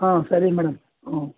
ಹಾಂ ಸರಿ ಮೇಡಮ್ ಹ್ಞೂ